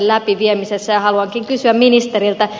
haluankin kysyä ministeriltä